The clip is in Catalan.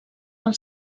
pel